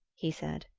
he said.